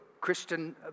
Christian